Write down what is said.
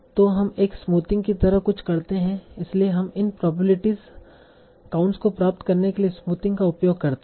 तो हम एक स्मूथिंग की तरह कुछ करते हैं इसलिए हम इन प्रोबेबिलिटीस काउंट्स को प्राप्त करने के लिए स्मूथिंग का उपयोग करते हैं